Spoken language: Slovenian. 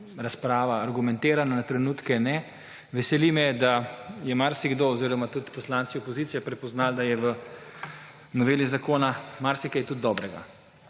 razprava argumentirana, na trenutke ne. Veseli me, da je marsikdo oziroma tudi poslanci opozicije prepoznali, da je v noveli zakona marsikaj tudi dobrega.